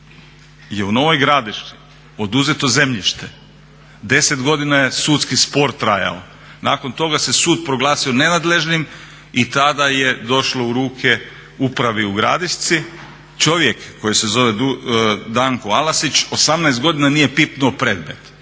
je u Novoj Gradiški oduzeto zemljište, 10 godina je sudski spor trajao, nakon toga se sud proglasio nenadležnim i tada je došlo u ruke Upravi u Gradišci. Čovjek koji se zove Danko Alasić 18 godina nije pipnuo predmet.